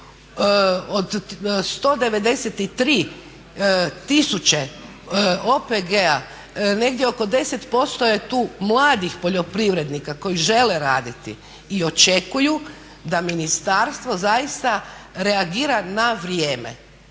Od 193 tisuće OPG-a negdje oko 10% je tu mladih poljoprivrednika koji žele raditi i očekuju da ministarstvo zaista reagira na vrijeme.